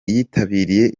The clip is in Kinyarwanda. yitabiriye